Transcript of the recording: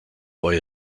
boy